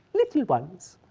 little ones.